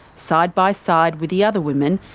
side by side with the other women,